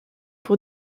pour